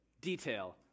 detail